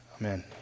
Amen